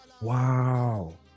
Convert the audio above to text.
Wow